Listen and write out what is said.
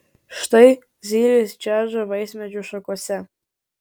štai zylės čeža vaismedžių šakose